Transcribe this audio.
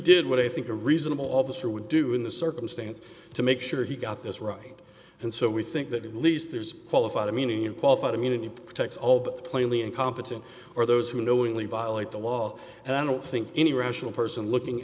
did what i think a reasonable officer would do in this circumstance to make sure he got this right and so we think that at least there's qualified immunity and qualified immunity protects all but the plainly incompetent or those who knowingly violate the law and i don't think any rational person looking